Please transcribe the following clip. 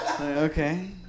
Okay